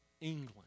England